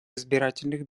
избирательных